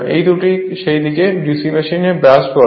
এই দুটিকে সেই DC মেশিন ব্রাশ বলে